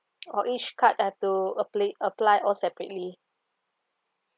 oh each card have to appl~ apply all separately